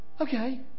okay